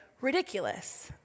ridiculous